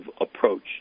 approach